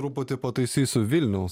truputį pataisysiu vilniaus